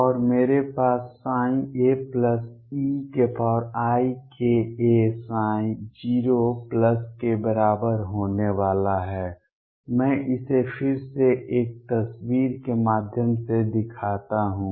और मेरे पास ψ a eikaψ0 के बराबर होने वाला है मैं इसे फिर से एक तस्वीर के माध्यम से दिखाता हूं